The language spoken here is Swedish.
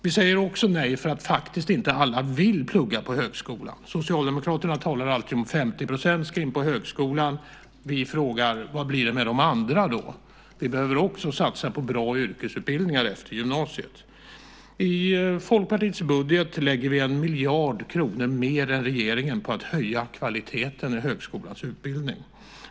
Vi säger också nej därför att alla faktiskt inte vill plugga på högskolan. Socialdemokraterna talar alltid om att 50 % ska in på högskolan. Vi frågar: Hur blir det med de andra då? Vi behöver också satsa på bra yrkesutbildningar efter gymnasiet. I Folkpartiets budget lägger vi en miljard kronor mer än regeringen på att höja kvaliteten i högskolans utbildning.